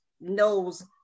knows